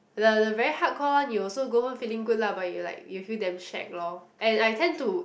the the very hard core one you also go home feeling good lah but you like you feel damn shag lor and I tend to